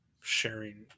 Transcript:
sharing